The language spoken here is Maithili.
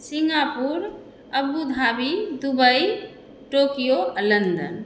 सिंगापुर अबूधाबी दुबई टोकियो आ लन्दन